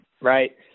Right